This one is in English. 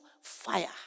fire